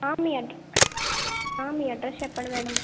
మీ మీ అడ్రస్ చెప్పండి మేడం